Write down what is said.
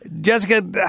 Jessica